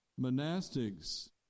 Monastics